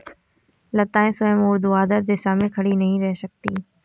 लताएं स्वयं ऊर्ध्वाधर दिशा में खड़ी नहीं रह सकती